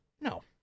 No